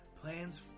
plans